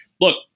look